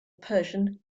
persian